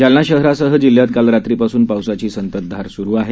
जालना शहरासह जिल्ह्यात काल रात्रीपासून पावसाची संततधार सुरु आहे